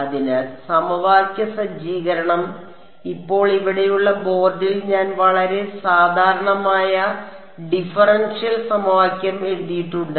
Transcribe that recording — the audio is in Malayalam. അതിനാൽ സമവാക്യ സജ്ജീകരണം ഇപ്പോൾ ഇവിടെയുള്ള ബോർഡിൽ ഞാൻ വളരെ സാധാരണമായ ഡിഫറൻഷ്യൽ സമവാക്യം എഴുതിയിട്ടുണ്ട്